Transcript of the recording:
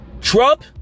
Trump